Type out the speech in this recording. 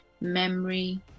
memory